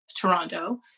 Toronto